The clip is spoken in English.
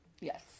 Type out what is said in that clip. Yes